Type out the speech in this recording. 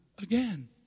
again